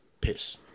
peace